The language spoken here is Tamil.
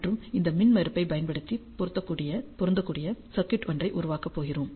மற்றும் இந்த மின்மறுப்பைப் பயன்படுத்தி பொருந்தக்கூடிய சர்க்யூட் ஒன்றை உருவாக்கப் போகிறோம்